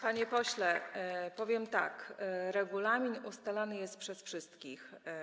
Panie pośle, powiem tak: regulamin ustalany jest przez wszystkich.